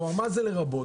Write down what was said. כלומר, מה זה לרבות?